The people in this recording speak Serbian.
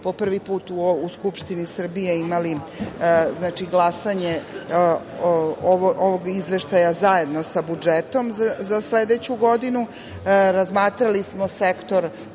po prvi put u Skupštini Srbije imali glasanje ovog izveštaja zajedno sa budžetom za sledeću godinu. Razmatrali smo sektor